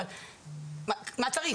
אבל מה צריך.